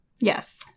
Yes